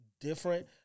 different